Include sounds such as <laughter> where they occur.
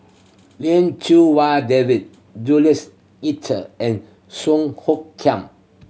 Lin Chew Wai David Jules <unintelligible> and Song Hoot Kiam